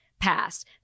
passed